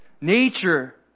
Nature